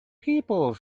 people